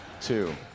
two